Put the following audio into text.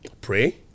Pray